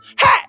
hey